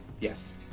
Yes